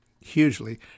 hugely